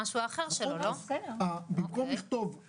חשוב להסביר